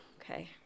Okay